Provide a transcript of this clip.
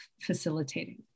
facilitating